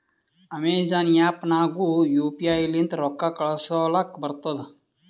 Amazon app ನಾಗ್ನು U P I ಲಿಂತ ರೊಕ್ಕಾ ಕಳೂಸಲಕ್ ಬರ್ತುದ್